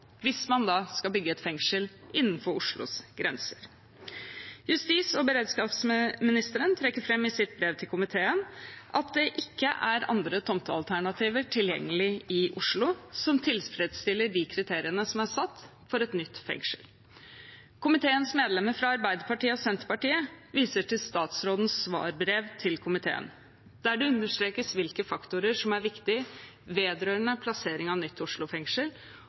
hvis man da skal bygge et fengsel innenfor Oslos grenser. Justis- og beredskapsministeren trekker i sitt brev til komiteen fram at det ikke er andre tomtealternativer tilgjengelig i Oslo som tilfredsstiller de kriteriene som er satt for et nytt fengsel. Komiteens medlemmer fra Arbeiderpartiet og Senterpartiet viser til statsrådens svarbrev til komiteen, der det understrekes hvilke faktorer som er viktig vedrørende plassering av nytt Oslo fengsel